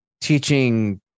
teaching